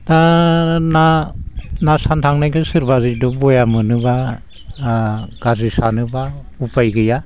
दा ना ना सानो थांनायखो सोरबा जितु बया मोनोब्ला ओ गाज्रि सानोब्ला उफाय गैया